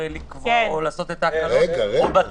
לקבוע או לעשות את ההקלות או בתקנות?